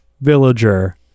villager